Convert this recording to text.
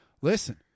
Listen